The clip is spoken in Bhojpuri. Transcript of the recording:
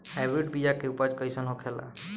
हाइब्रिड बीया के उपज कैसन होखे ला?